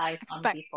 expect